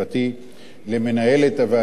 למנהלת הוועדה דורית ואג,